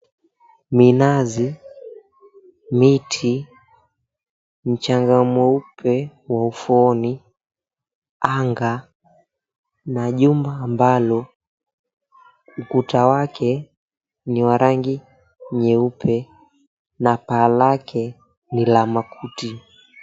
Minazi, miti, mchaga mweupe wa ufuoni, anga na jumba ambalo ukuta wake ni wa rangi nyeupe, na paa lake ni la makuti.